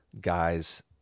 guys